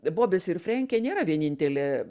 bobis ir frenkė nėra vienintelė